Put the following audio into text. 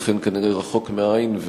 ולכן כנראה רחוק מהעין,